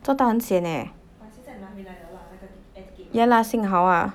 做到很 sian leh yeah lah 幸好 ah